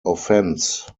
offence